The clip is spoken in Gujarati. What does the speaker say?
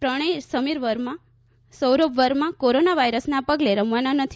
પ્રણય સમીર વર્મા સૌરભ વર્મા કોરોના વાયરસના પગલે રમવાના નથી